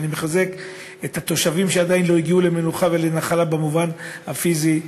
ואני מחזק את התושבים שעדיין לא הגיעו למנוחה ולנחלה במובן הפיזי.